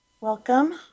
Welcome